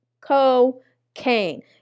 cocaine